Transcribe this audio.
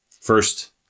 First